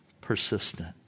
persistent